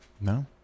No